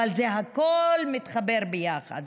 אבל הכול מתחבר ביחד.